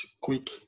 quick